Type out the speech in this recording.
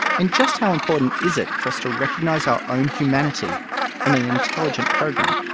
and just how important is it for us to recognise our own humanity in an intelligent program?